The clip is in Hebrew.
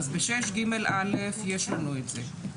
אז ב-6ג(א) יש לנו את זה.